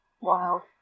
Wow